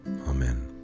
Amen